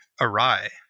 awry